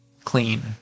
clean